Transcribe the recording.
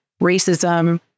racism